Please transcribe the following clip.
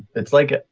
it's like